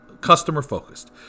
customer-focused